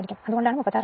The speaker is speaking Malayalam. അതിനാൽ അതുകൊണ്ടാണ് 36